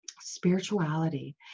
spirituality